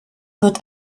wird